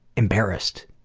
embarrassed